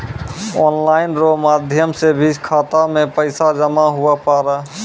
online रो माध्यम से भी खाता मे पैसा जमा हुवै पारै